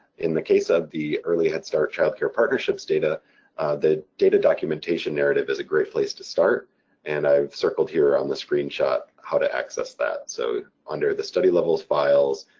in the case of the early head start-child care partnerships data the data documentation narrative is a great place to start and i've circled here on the screenshot how to access that. so under the study levels files,